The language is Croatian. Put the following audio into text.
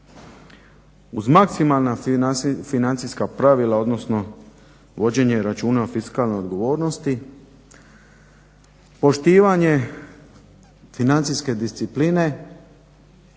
uz maksimalna financijska pravila, odnosno vođenje računa o fiskalnoj odgovornosti, poštivanje financijske discipline,